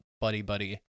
buddy-buddy